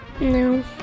No